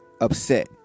upset